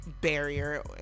barrier